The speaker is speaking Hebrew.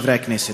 חברי הכנסת,